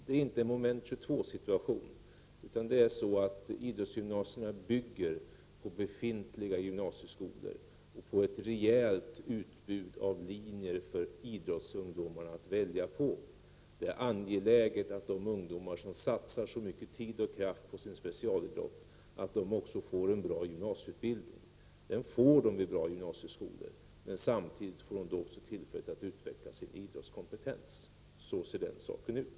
Det är inte en Moment 22-situation, utan det är så att idrottsgymnasierna bygger på de befintliga gymnasieskolorna och på ett rejält utbud av linjer för idrottsungdomar att välja mellan. Det är angeläget att de ungdomar som satsar så mycket tid och kraft på sin specialidrott också får en bra gymnasieutbildning. Den får de vid bra gymnasieskolor, men samtidigt får de också tillfälle att utveckla sin idrottskompetens. Så ser den saken ut.